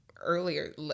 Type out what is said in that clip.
earlier